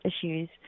issues